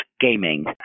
gaming